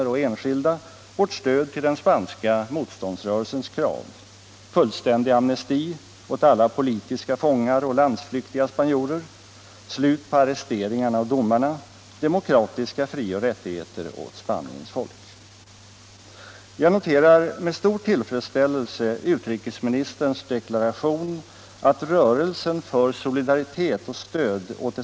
Mot denna bakgrund hemställer jag om kammarens tillstånd att till herr utrikesministern få ställa följande frågor: 1.